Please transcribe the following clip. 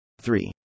three